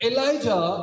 Elijah